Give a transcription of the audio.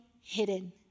hidden